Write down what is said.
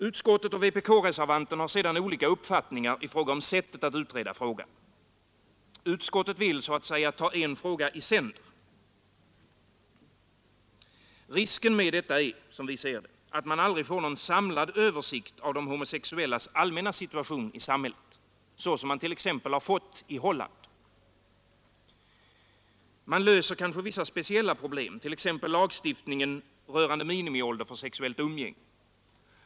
Utskottet och vpk-reservanten har sedan olika uppfattningar i fråga om sättet att utreda frågan. Utskottet vill så att säga ta en fråga i sänder. Risken med detta är att man aldrig får någon samlad översikt över de homosexuellas allmänna situation i samhället, vilket man fått i Holland. Man löser kanske vissa speciella problem, t.ex. lagstiftningen rörande minimiålder för sexuellt umgänge.